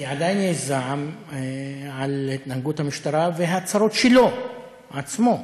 כי עדיין יש זעם על התנהגות המשטרה וההצהרות שלו עצמו.